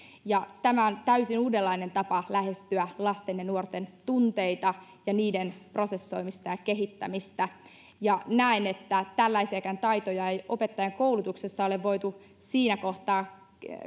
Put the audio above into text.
tämä on täysin uudenlainen tapa lähestyä lasten ja nuorten tunteita ja niiden prosessoimista ja kehittämistä näen että tällaisiakaan taitoja ei opettajankoulutuksessa ole voitu siinä kohtaa